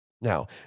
now